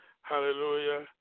hallelujah